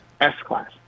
s-class